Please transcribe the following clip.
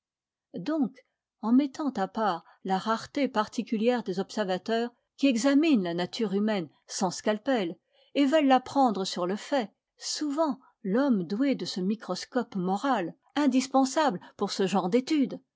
donc en mettant à part la rareté particulière des observateurs qui examinent la nature humaine sans scalpel et veulent la prendre sur le fait souvent l'homme doué de ce microscope moral indispensable pour ce genre d'étude